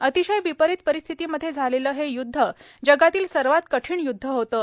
अतिशय विपरित परिस्थितीमध्ये झालेलं हे युद्ध जगातील सर्वात कठीण युद्ध होतं